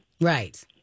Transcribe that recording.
right